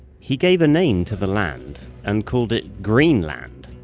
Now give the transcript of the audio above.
he gave a name to the land and called it greenland,